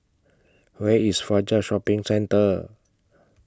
Where IS Fajar Shopping Centre